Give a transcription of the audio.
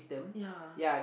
ya